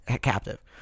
Captive